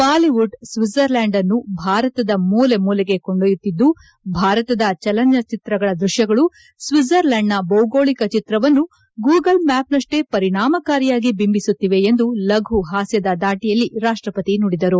Bollywood Switzerland ಅನ್ನು ಭಾರತದ ಮೂಲೆಮೂಲೆಗೆ ಕೊಂಡ್ಕೊಯ್ದುದಿದ್ದು ಭಾರತದ ಚಲನ ಚಿತ್ರಗಳ ದೃಶ್ಯಗಳು ಶ್ವಿಡ್ವರ್ಲ್ಕಾಂಡ್ನ ಭೌಗೋಳಿಕ ಚಿತ್ರವನ್ನು ಗೋಗಲ್ಮ್ಯಾಪ್ನಷ್ಟೇ ಪರಿಣಾಮಕಾರಿಯಾಗಿ ಬಿಂಬಿಸುತ್ತಿವೆ ಎಂದು ಲಘು ಹಾಸ್ಯದ ದಾಟಿಯಲ್ಲಿ ರಾಷ್ಟಪತಿ ನುಡಿದರು